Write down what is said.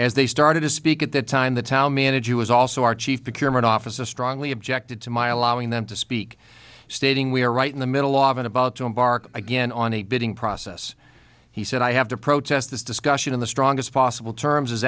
as they started to speak at that time the town manager was also our chief acumen officer strongly objected to my allowing them to speak stating we are right in the middle often about to embark again on a bidding process he said i have to protest this discussion in the strongest possible terms is